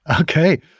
Okay